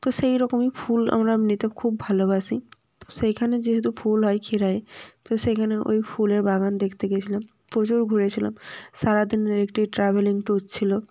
তো সেই রকমই ফুল আমরা এমনিতে খুব ভালোবাসি সেইখানে যেহেতু ফুল হয় ক্ষীরাইয়ে তো সেইখানে ওই ফুলের বাগান দেখতে গিয়েছিলাম প্রচুর ঘুরেছিলাম সারাদিনের একটি ট্রাভেলিং ট্যুর ছিলো